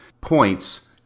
points